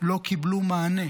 לא קיבלו מענה.